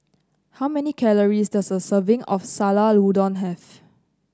how many calories does a serving of Sayur Lodeh have